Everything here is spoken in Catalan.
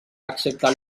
excepte